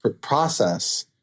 process